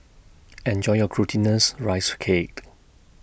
Enjoy your Glutinous Rice Caked